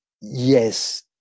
Yes